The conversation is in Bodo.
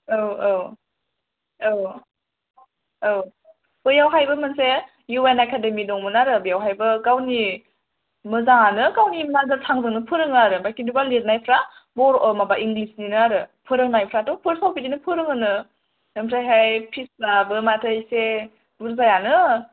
औ औ औ औ बैयावहायबो मोनसे इउ एन एकाडेमि दंमोन आरो बेवहायबो गावनि मोजाङानो गावनि मादार थां जोंनो फोरोङो आरो खिन्थुबा लिरनायफोरा माबा इंलिस निनो आरो फोरोंनायफोरा फोरस्टाव बिदिनो फोरोङोनो आमफ्रायहाय फिस फ्राबो माथो एसे बुरजायानो